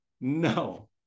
No